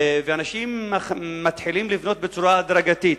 אנשים מתחילים לבנות בצורה הדרגתית.